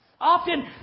Often